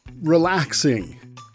relaxing